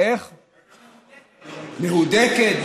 מהודקת.